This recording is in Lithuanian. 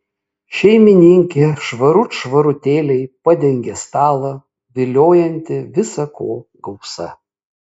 šeimininkė švarut švarutėliai padengė stalą viliojantį visa ko gausa